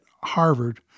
Harvard